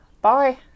Bye